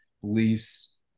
beliefs